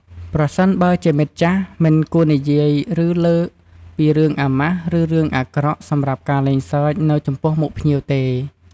ប្រសិនបើជាមិត្តចាស់ មិនគួរនិយាយ ឬ លើកពីរឿងអាម៉ាស់ ឬរឿងអាក្រក់ សម្រាប់ការលេងសើច នៅចំពោះមុខភ្ញៀវទេ។